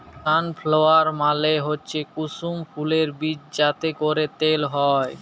sunflower মালে হচ্যে কুসুম ফুলের বীজ যাতে ক্যরে তেল হ্যয়